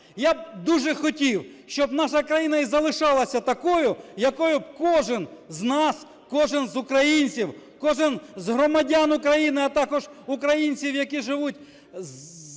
Я б дуже хотів, щоб наша країна і залишалася такою, якою б кожен з нас, кожен з українців, кожен з громадян України, а також українців, які живуть